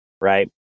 Right